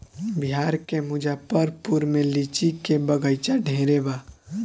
बिहार के मुजफ्फरपुर में लीची के बगइचा ढेरे बा